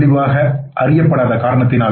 தெளிவாக அறியப்படாத காரணத்தினால்